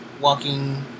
walking